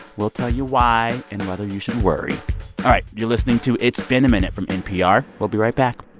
we'll tell you why and whether you should worry. all right. you're listening to it's been a minute from npr. we'll be right back